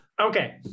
Okay